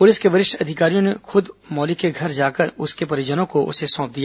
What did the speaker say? police के वरिष्ठ अधिकारियों ने खुद मौलिक के घर जाकर उसके परिजनों को उसे सौंप दिया